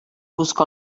busca